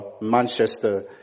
Manchester